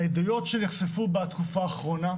העדויות שנחשפו בתקופה האחרונה